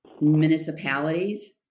municipalities